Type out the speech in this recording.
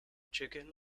chicken